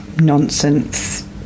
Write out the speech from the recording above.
nonsense